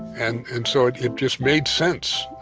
and and so it it just made sense.